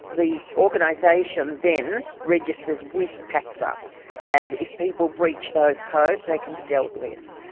the organisation then registers with pacfa and if people breach those codes they can be dealt with.